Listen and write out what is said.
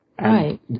Right